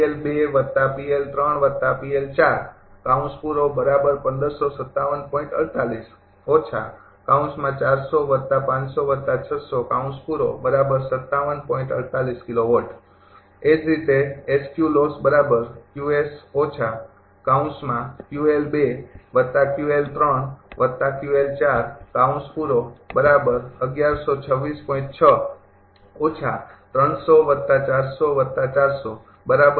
એ જ રીતે તમારા બીજા ઈટરેશન પછી બરાબર